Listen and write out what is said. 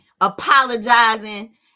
apologizing